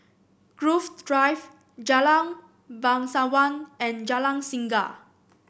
Grove Drive Jalan Bangsawan and Jalan Singa